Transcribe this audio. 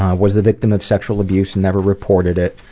um was the victim of sexual abuse, never reported it.